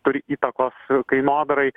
turi įtakos kainodarai